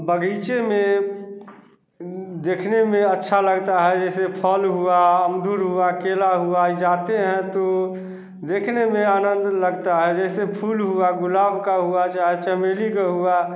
बगीचे में देखने में अच्छा लगता है जैसे फल हुआ अमदुर हुआ केला हुआ जाते हैं तो देखने में आनंद लगता है जैसे फूल हुआ गुलाब का हुआ चाहे चमेली का हुआ